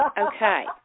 okay